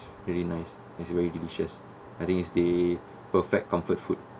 really nice as in very delicious I think it's the perfect comfort food